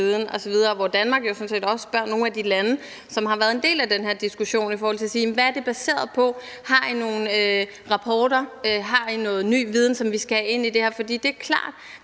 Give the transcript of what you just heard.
også spørger nogle af de lande, som har været en del af den her diskussion, om, hvad det er baseret på, om de har nogle rapporter, og om de har noget ny viden, som vi skal have ind i det her.